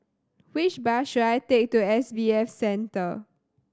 which bus should I take to S B F Center